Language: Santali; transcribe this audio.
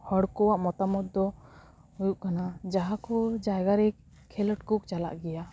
ᱦᱚᱲ ᱠᱚᱣᱟᱜ ᱢᱚᱛᱟᱢᱚᱛ ᱫᱚ ᱦᱩᱭᱩᱜ ᱠᱟᱱᱟ ᱡᱟᱦᱟᱸ ᱠᱚ ᱡᱟᱭᱜᱟᱨᱮ ᱠᱷᱮᱞᱳᱰ ᱠᱚ ᱪᱟᱞᱟᱜ ᱜᱮᱭᱟ